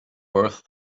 worth